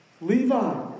Levi